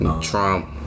Trump